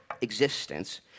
existence